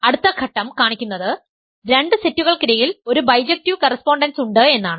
അടുത്ത ഘട്ടം കാണിക്കുന്നത് രണ്ട് സെറ്റുകൾക്കിടയിൽ ഒരു ബൈജക്ടീവ് കറസ്പോണ്ടൻസ് ഉണ്ട് എന്നാണ്